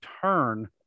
turn